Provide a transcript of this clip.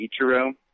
Ichiro